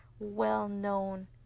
well-known